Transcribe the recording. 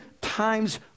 times